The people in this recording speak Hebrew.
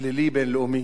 פלילי בין-לאומי